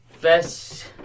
best